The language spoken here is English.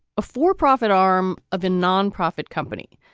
a for profit arm of a non-profit company.